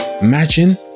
Imagine